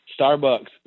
Starbucks